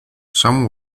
some